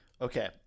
okay